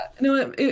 no